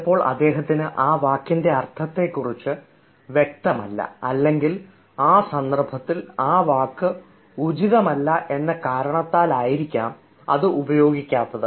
ചിലപ്പോൾ അദ്ദേഹത്തിന് ആ വാക്കിൻറെ അർത്ഥത്തെക്കുറിച്ച് വ്യക്തമല്ല അല്ലെങ്കിൽ ആ സന്ദർഭത്തിൽ ആ വാക്ക് ഉചിതമല്ല എന്ന കാരണത്താൽ ആയിരിക്കാം അത് ഉപയോഗിക്കാത്തത്